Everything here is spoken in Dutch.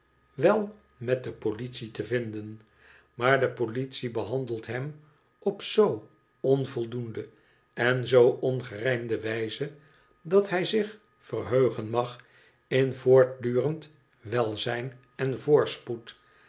wel met de politie te vinden maar de politie behandelt hem op zoo onvoldoende en zoo ongerijmde wijze dat hij zich verheugen mag in voortdurend welzijn en voorspoed